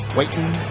waiting